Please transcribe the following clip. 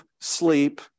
sleep